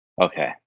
Okay